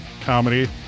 comedy